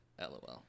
LOL